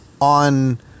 on